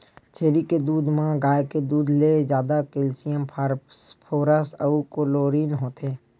छेरी के दूद म गाय के दूद ले जादा केल्सियम, फास्फोरस अउ क्लोरीन होथे